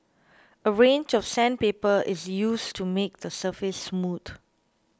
a range of sandpaper is used to make the surface smooth